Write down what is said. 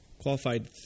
qualified